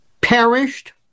perished